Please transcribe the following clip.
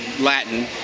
Latin